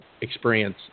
experience